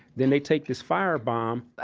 then they take this fire bomb,